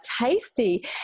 tasty